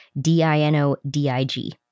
D-I-N-O-D-I-G